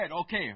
Okay